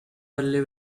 early